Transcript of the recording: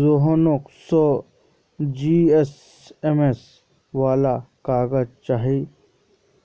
रोहनक सौ जीएसएम वाला काग़ज़ चाहिए